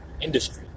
industry